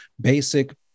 basic